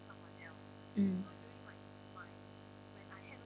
mm